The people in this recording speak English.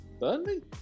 Burnley